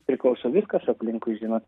priklauso viskas aplinkui žinot